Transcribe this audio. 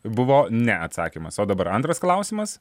buvo ne atsakymas o dabar antras klausimas